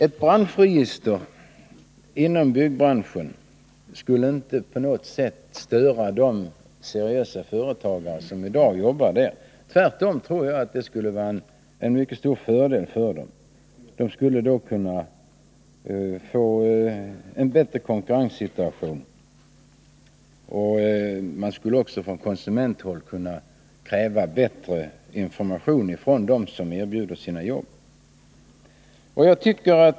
Ett branschregister inom byggbranschen skulle inte på något sätt störa de seriösa företagare som i dag arbetar där. Jag tror tvärtom att det skulle vara en mycket stor fördel för dem. De skulle då kunna få en bättre konkurrenssituation. Man skulle också från konsumenthåll kunna kräva bättre information av dem som erbjuder sina tjänster.